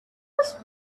was